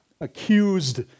accused